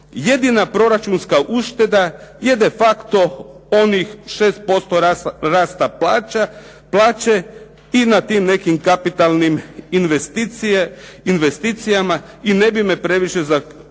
jedina proračunska ušteda je defacto onih 6% rasta plaće i na tim nekim kapitalnim investicijama. I ne bi me previše iznenadilo